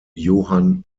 johann